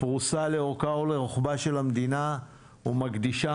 פרוסה לאורכה ולרוחבה של המדינה ומקדישה